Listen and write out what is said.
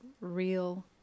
real